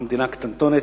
אנחנו מדינה קטנטונת.